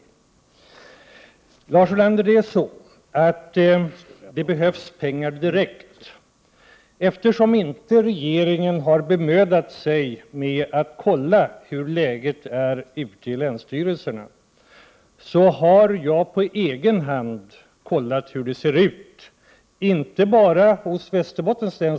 125 Det är så, Lars Ulander, att det behövs pengar direkt. Eftersom regeringen inte har bemödat sig om att kontrollera läget ute på länsstyrelserna, har jag på egen hand gjort det. Det gäller då inte bara Västerbottens län.